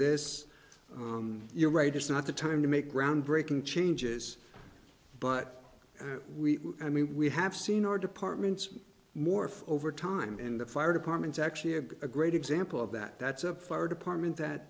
this you're right it's not the time to make groundbreaking changes but we and we have seen our departments morph over time in the fire department actually had a great example of that that's a fire department that